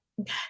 okay